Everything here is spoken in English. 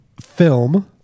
film